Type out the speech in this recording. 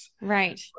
Right